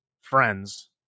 friends